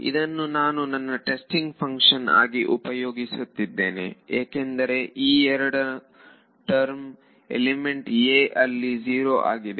ಇದನ್ನು ನಾನು ನನ್ನ ಟೆಸ್ಟಿಂಗ್ ಫಂಕ್ಷನ್ ಆಗಿ ಉಪಯೋಗಿಸುತ್ತಿದ್ದೇನೆ ಏಕೆಂದರೆ ಈ ಎರಡನೆಯ ಟರ್ಮ್ ಎಲಿಮೆಂಟ್ a ಅಲ್ಲಿ ಜೀರೋ ಆಗಿದೆ